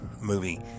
movie